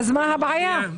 מה הבעיה?